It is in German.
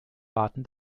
warten